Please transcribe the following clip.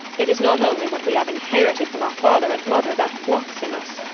it is not only what we have inherited from our father and mother that walks in us.